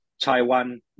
Taiwan